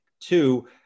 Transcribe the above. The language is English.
Two